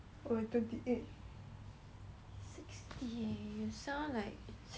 sixty eh you sell like sixty orh